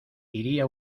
iría